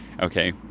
okay